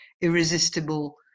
irresistible